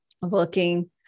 working